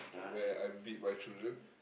where I beat my children